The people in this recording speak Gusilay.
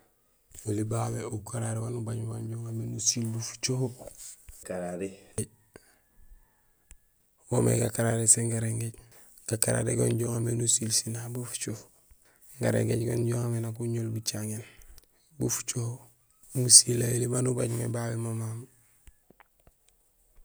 Oli babé ukarari waan ubaaj mé wanja uŋamé nusiil bu fucoho; woomé gakarari sén garingééj. Gakarari gon inja uŋa mé nusiil sinaaŋ bu fucoho, garingééj gon inja uŋamé nak uŋul bacaŋéén bu fucoho. Musilay oli maan ubaaj mé babé mo mamu.